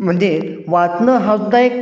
म्हणजे वाचणं हासुद्धा एक